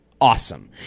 awesome